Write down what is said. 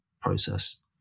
process